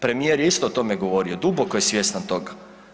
Premijer je isto o tome govorio, duboko je svjestan toga.